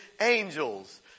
angels